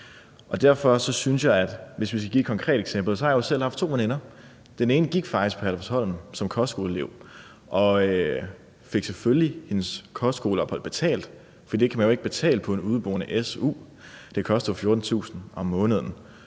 eksempler, har jeg jo selv haft to veninder. Den ene gik faktisk på Herlufsholm som kostskoleelev og fik selvfølgelig sit kostskoleophold betalt, for det kan man jo ikke betale på en udeboende su; det koster jo 14.000 kr. om måneden.